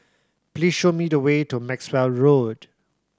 please show me the way to Maxwell Road